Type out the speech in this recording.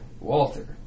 Walter